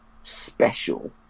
special